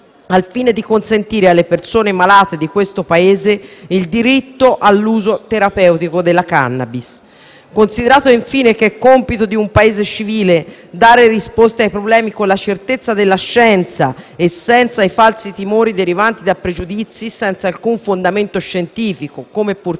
al fine di consentire alle persone malate di questo Paese il diritto all'uso terapeutico della cannabis; considerato infine che è compito di un Paese civile dare risposta ai problemi con la certezza della scienza e senza i falsi timori derivanti da pregiudizi senza alcun fondamento scientifico, impegna